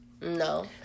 No